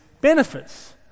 Benefits